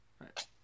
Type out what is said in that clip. Right